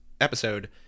episode